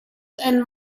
and